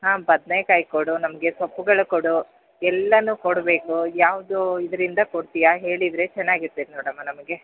ಹಾಂ ಬದನೆಕಾಯಿ ಕೊಡು ನಮಗೆ ಸೊಪ್ಪುಗಳು ಕೊಡು ಎಲ್ಲನು ಕೊಡಬೆಕು ಯಾವುದು ಇದರಿಂದ ಕೊಡ್ತೀಯಾ ಹೇಳಿದರೆ ಚೆನ್ನಾಗಿರ್ತಿತ್ತು ನೋಡಮ್ಮ ನಮಗೆ